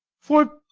for